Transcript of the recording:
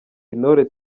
intore